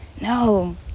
No